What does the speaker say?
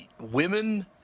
women